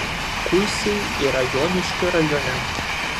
kuisiai yra joniškio rajone